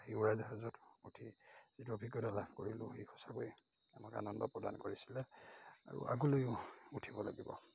উৰাজাহাজত উঠি যিটো অভিজ্ঞতা লাভ কৰিলোঁ সেই সঁচাকৈ আমাক আনন্দ প্ৰদান কৰিছিলে আৰু আগলৈও উঠিব লাগিব